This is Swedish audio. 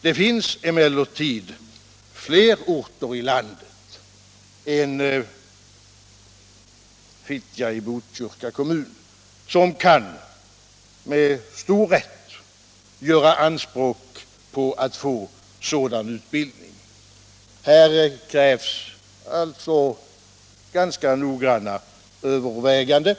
Det finns emellertid fler orter i landet än Fittja i Botkyrka kommun som med stor rätt kan göra anspråk på att få sådan utbildning. Här krävs alltså ganska noggranna överväganden.